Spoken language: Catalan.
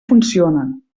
funcionen